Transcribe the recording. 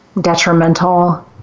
detrimental